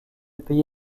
payer